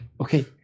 Okay